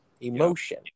emotion